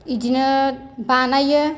बिदिनो बानायो